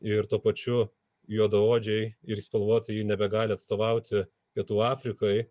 ir tuo pačiu juodaodžiai ir spalvoti jie nebegali atstovauti pietų afrikoj